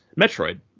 Metroid